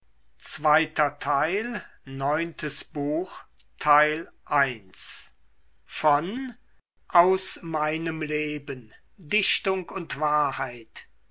goethe aus meinem leben dichtung und wahrheit